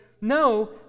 no